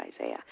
Isaiah